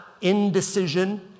indecision